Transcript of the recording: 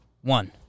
One